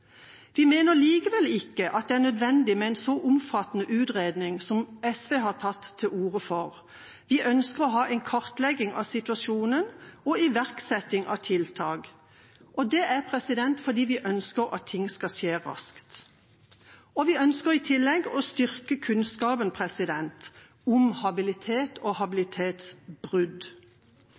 Vi mener likevel ikke at det er nødvendig med en så omfattende utredning som SV har tatt til orde for. Vi ønsker å ha en kartlegging av situasjonen og iverksetting av tiltak, og det er fordi vi ønsker at ting skal skje raskt, og vi ønsker i tillegg å styrke kunnskapen om habilitet og habilitetsbrudd.